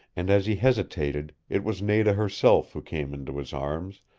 and as he hesitated it was nada herself who came into his arms,